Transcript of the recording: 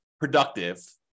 productive